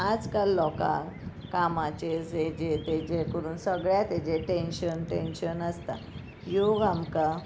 आज काल लोकांक कामाचेर हाजे ताजे करून सगळ्या ताजे टेंशन टेंशन आसता योग आमकां